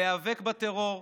להיאבק בטרור,